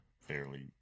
fairly